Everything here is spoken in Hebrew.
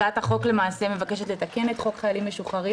הצעת החוק מבקשת לתקן את חוק חיילים משוחררים